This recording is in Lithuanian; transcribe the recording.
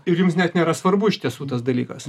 ir jums net nėra svarbu iš tiesų tas dalykas